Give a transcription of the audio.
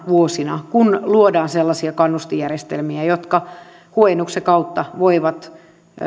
vuosina kun luodaan sellaisia kannustinjärjestelmiä jotka huojennuksen kautta voivat